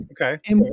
Okay